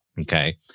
Okay